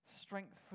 strength